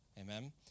Amen